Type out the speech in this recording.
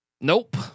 Nope